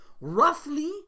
roughly